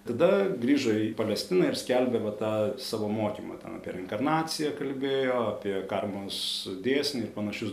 tada grįžo į palestiną ir skelbė va tą savo mokymą ten apie reinkarnaciją kalbėjo apie karmos dėsnį ir panašius